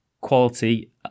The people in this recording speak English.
Quality